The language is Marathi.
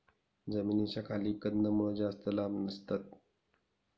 जमिनीच्या खाली कंदमुळं जास्त लांब नसतात